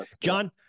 John